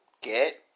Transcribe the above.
get